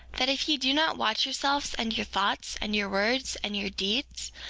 that if ye do not watch yourselves, and your thoughts, and your words, and your deeds,